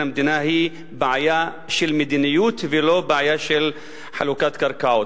המדינה היא בעיה של מדיניות ולא בעיה של חלוקת קרקעות.